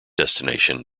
destination